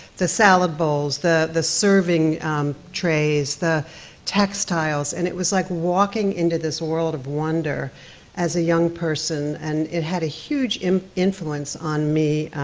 the salad bowls, the the serving trays, the textiles, and it was like walking into this world of wonder as a young person, and it had a huge influence on me,